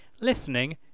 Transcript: listening